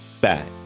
back